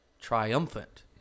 triumphant